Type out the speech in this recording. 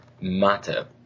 matter